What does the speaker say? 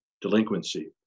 delinquency